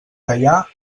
callar